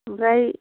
ओमफ्राय